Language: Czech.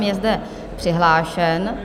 Je zde přihlášen.